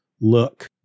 look